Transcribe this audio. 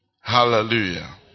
Hallelujah